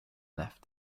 left